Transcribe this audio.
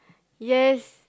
yes